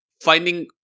finding